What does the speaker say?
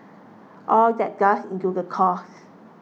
all that does into the cost